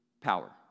power